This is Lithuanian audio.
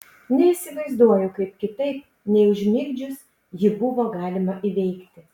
neįsivaizduoju kaip kitaip nei užmigdžius jį buvo galima įveikti